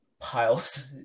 piles